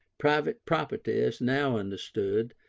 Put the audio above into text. private property, as now understood,